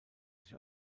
sich